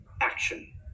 Action